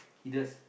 he does